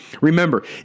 Remember